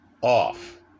off